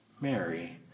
Mary